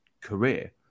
career